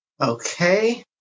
Okay